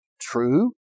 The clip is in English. true